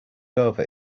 over